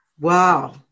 Wow